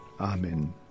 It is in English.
Amen